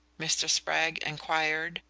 mr. spragg enquired,